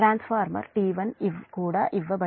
transformer T1 కూడా ఇవ్వబడింది